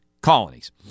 colonies